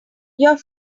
your